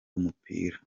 umupira